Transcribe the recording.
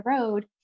road